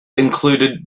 included